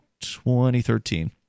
2013